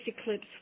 eclipse